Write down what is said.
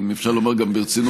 אם אפשר לומר גם ברצינות,